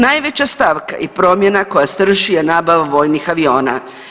Najveća stavka i promjena koja strši je nabava vojnih aviona.